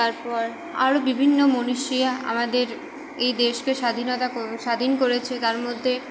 তারপর আরও বিভিন্ন মনীষী আমাদের এই দেশকে স্বাধীনতা কো স্বাধীন করেছে তার মধ্যে